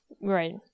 Right